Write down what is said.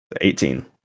Eighteen